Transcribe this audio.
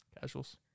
Casuals